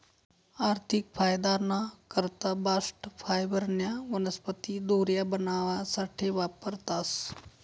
आर्थिक फायदाना करता बास्ट फायबरन्या वनस्पती दोऱ्या बनावासाठे वापरतास